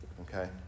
Okay